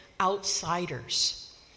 outsiders